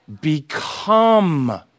become